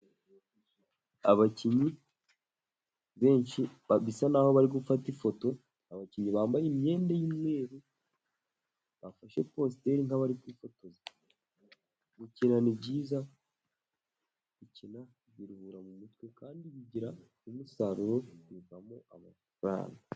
Abakinnyi benshi basa n'aho bari gufata ifoto, abakinnyi bambaye imyenda y'umweru, bafashe positeri nk'abari kwifotoza. Gukina ni ibyiza gukina biruhura mu mutwe, kandi bigira umusaruro, bivamo amafaranga.